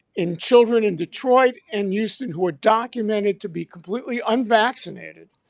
in children in detroit and houston who are documented to be completely unvaccinated.